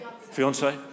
Fiance